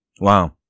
wow